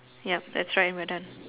yup that's right we are done